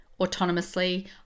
autonomously